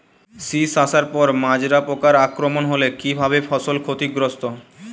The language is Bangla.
শীষ আসার পর মাজরা পোকার আক্রমণ হলে কী ভাবে ফসল ক্ষতিগ্রস্ত?